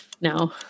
No